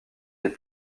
des